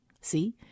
See